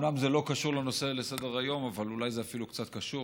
אומנם זה לא קשור לנושא לסדר-היום אבל אולי זה אפילו קצת קשור,